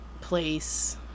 place